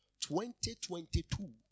2022